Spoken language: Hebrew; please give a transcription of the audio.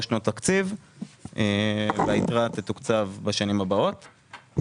שנות תקציב והיתרה תתוקצב בשנים הבאות.